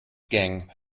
gang